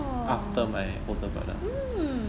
oh mm